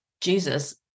Jesus